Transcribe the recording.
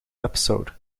episode